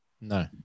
No